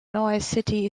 city